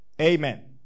amen